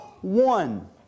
one